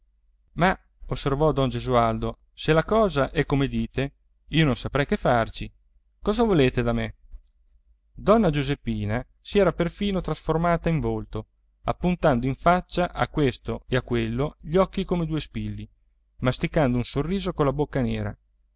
ma osservò don gesualdo se la cosa è come dite io non saprei che farci cosa volete da me donna giuseppina si era perfino trasformata in volto appuntando in faccia a questo e a quello gli occhi come due spilli masticando un sorriso con la bocca nera